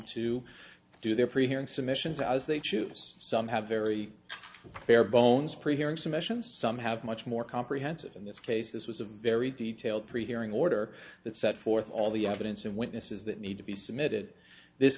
to do their pre hearing submissions as they choose some have very bare bones preparing some actions some have much more comprehensive in this case this was a very detailed three hearing order that set forth all the evidence and witnesses that need to be submitted this